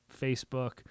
Facebook